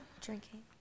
drinking